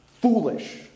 foolish